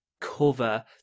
cover